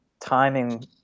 timing